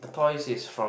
toys is from